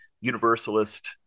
universalist